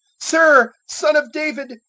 sir, son of david,